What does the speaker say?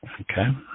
Okay